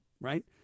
right